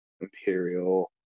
Imperial